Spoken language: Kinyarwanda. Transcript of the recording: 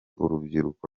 urubyiruko